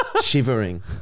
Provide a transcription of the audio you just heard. shivering